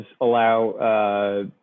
allow